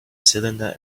cylinder